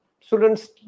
students